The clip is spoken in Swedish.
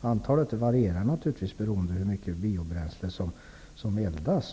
Antalet varierar naturligtvis beroende på hur mycket biobränsle som eldas.